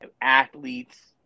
athletes